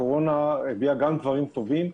הקורונה הביאה גם דברים טובים.